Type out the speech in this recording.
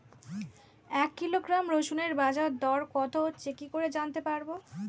এক কিলোগ্রাম রসুনের বাজার দর কত যাচ্ছে কি করে জানতে পারবো?